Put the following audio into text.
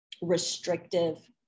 restrictive